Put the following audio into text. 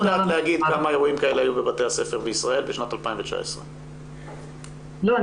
את לא יודעת לומר כמה אירועים כאלה היו בבתי הספר בישראל בשנת 2019. לא.